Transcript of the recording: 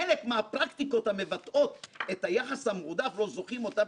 חלק מהפרקטיקות המבטאות את היחס המועדף לו זוכים אותם